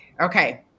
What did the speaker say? Okay